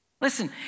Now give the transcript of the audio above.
Listen